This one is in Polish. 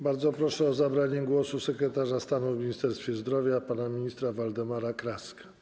Bardzo proszę o zabranie głosu sekretarza stanu w Ministerstwie Zdrowia pana ministra Waldemara Kraskę.